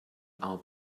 our